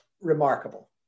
remarkable